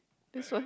that's why